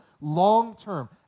long-term